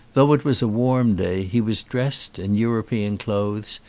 though it was a warm day he was dressed, in european clothes,